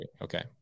Okay